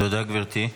תודה, גברתי.